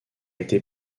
été